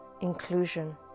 inclusion